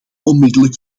onmiddellijk